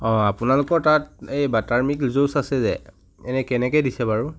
আপোনালোকৰ তাত এই বাটাৰ মিক জুচ আছে যে এনেই কেনেকৈ দিছে বাৰু